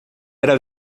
era